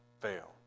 fail